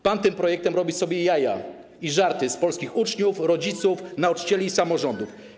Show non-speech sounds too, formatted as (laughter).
Pan tym projektem robi sobie jaja i żarty z polskich uczniów, rodziców, (noise) nauczycieli i samorządów.